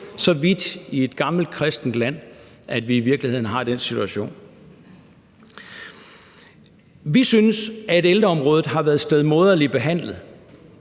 så vidt i et gammelt kristent land, at vi i virkeligheden har den situation? Vi synes, at ældreområdet har været stedmoderligt behandlet,